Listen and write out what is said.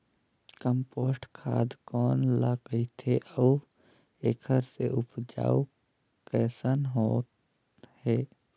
Compost खाद कौन ल कहिथे अउ एखर से उपजाऊ कैसन होत हे?